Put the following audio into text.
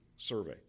survey